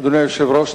אדוני היושב-ראש,